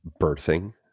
birthing